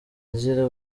gira